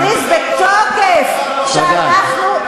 אני יודעת שאחת לכמה שבועות אתה מכריז בתוקף שאנחנו,